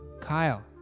Kyle